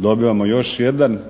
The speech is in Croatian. dobivamo još jedno